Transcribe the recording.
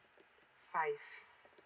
five